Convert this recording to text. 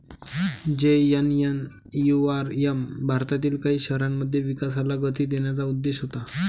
JNNURM भारतातील काही शहरांमध्ये विकासाला गती देण्याचा उद्देश होता